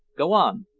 go on.